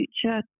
future